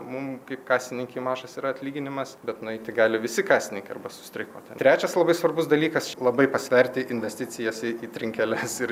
mum kaip kasininkei mažas yra atlyginimas bet nueiti gali visi kasininkai arba sustreikuoti trečias labai svarbus dalykas labai pasverti investicijas į į trinkeles ir